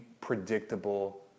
predictable